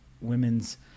women's